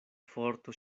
forto